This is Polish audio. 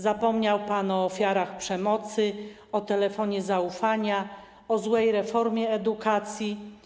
Zapomniał pan o ofiarach przemocy, o telefonie zaufania, o złej reformie edukacji.